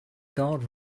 guard